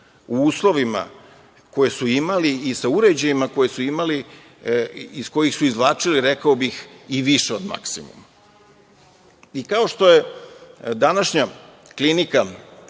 u uslovima koje su imali i sa uređajima koje su imali iz kojih su izvlačili, rekao bih i više od maksimuma. Kao što je današnja klinika,